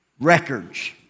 records